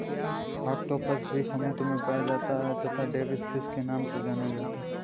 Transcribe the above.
octopus भी समुद्र में पाया जाता है तथा डेविस फिश के नाम से जाना जाता है